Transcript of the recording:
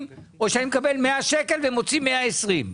או כשאני מקבל 100 ₪ ומוציא 120 ₪?